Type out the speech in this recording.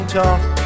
talk